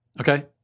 okay